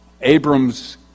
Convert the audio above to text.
Abram's